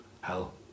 hell